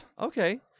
Okay